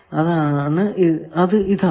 അത് ഇതാണ്